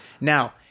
now